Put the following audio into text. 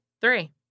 three